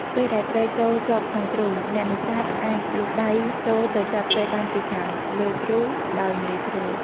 ពេលដែលត្រីចូលជាប់ក្នុងទ្រូ អ្នកនេសាទអាចលូកដៃចូលទៅចាប់ត្រីបានពីខាងលើទ្រូដោយងាយស្រួល។